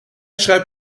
schreibt